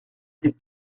des